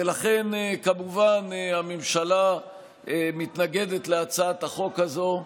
ולכן כמובן ההמשלה מתנגדת להצעת החוק הזו,